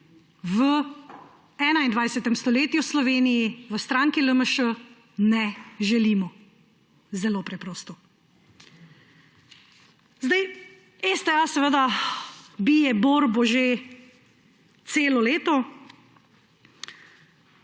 v 21. stoletju v Sloveniji v stranki LMŠ ne želimo. Zelo preprosto. STA seveda bije boj že celo leto.